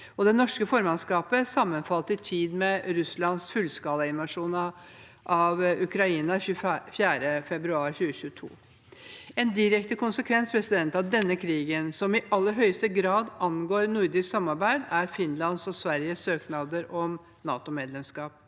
Det norske formannskapet sammenfalt i tid med Russlands fullskala invasjon av Ukraina 24. februar 2022. En direkte konsekvens av denne krigen som i aller høyeste grad angår nordisk samarbeid, er Finlands og Sveriges søknader om NATO-medlemskap.